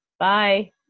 Bye